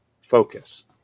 focus